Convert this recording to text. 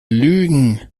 lügen